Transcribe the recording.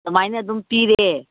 ꯑꯗꯨꯃꯥꯏꯅ ꯑꯗꯨꯝ ꯄꯤꯔꯦ